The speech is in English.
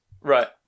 Right